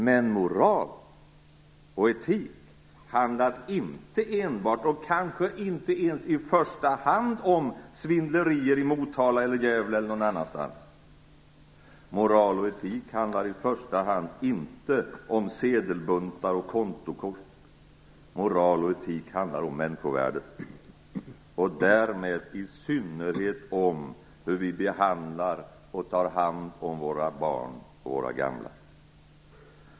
Men moral och etik handlar inte enbart och kanske inte ens i första hand om svindlerier i Motala eller Gävle eller någon annanstans. Moral och etik handlar i första hand inte om sedelbuntar och kontokort. Moral och etik handlar om människovärdet, och därmed i synnerhet om hur vi behandlar och tar hand om våra barn och våra gamla.